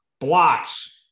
blocks